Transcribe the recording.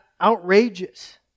outrageous